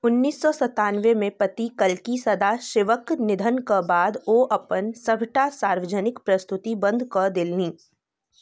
उन्नैस सए संतानबे मे पति कल्की सदाशिवक निधनक बाद ओ अपन सभटा सार्वजनिक प्रस्तुति बन्द कऽ देलनि